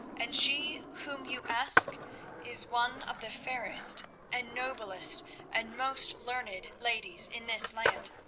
and she whom you ask is one of the fairest and noblest and most learned ladies in this land,